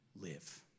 live